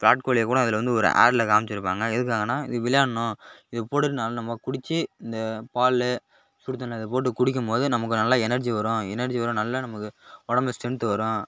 விராட் கோலி கூட அதில் வந்து ஒரு ஆடில் காமிச்சுருப்பாங்க எதுக்காகனால் இது விளையாடணும் இது நம்ம குடிச்சு இந்த பால் சுடு தண்ணியில் இதை போட்டு குடிக்கும் போது நமக்கு நல்ல எனர்ஜி வரும் எனர்ஜி வரும் நல்ல நமக்கு உடம்புல ஸ்ட்ரென்த் வரும்